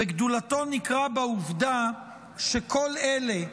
וגדולתו ניכרה בעובדה שכל אלה,